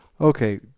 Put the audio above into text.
Okay